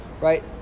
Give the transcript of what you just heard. right